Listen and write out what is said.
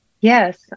Yes